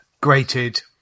grated